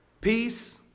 peace